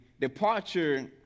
departure